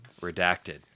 Redacted